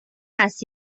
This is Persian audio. است